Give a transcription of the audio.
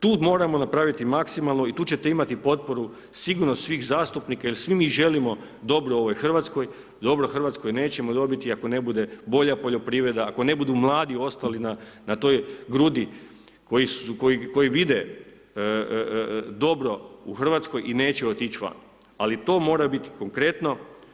Tu moramo napraviti maksimalno i tu ćete imati potporu sigurno svih zastupnika jer svi mi želimo dobro ovoj Hrvatskoj, dobro Hrvatskoj nećemo dobiti ako ne bude bolja poljoprivreda, ako ne budu mladi ostali na toj grudi koji vide dobro u Hrvatskoj i neće otići van, ali to mora biti konkretno.